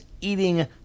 eating